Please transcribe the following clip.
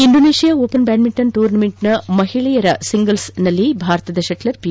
Indonesia Open badminton ಟೂರ್ನಿಯ ಮಹಿಳೆಯರ ಸಿಂಗಲ್ಸ್ನಲ್ಲಿ ಭಾರತದ ಶೆಟ್ಲರ್ ಪಿ